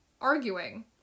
arguing